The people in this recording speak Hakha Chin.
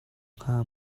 hnga